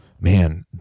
Man